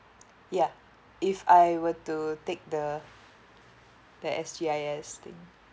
yeah if I were to take the the S G I S thing